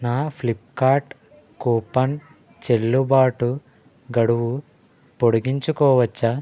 నా Flipkart coupon చెల్లుబాటు గడువు పొడిగించుకోవచ్చా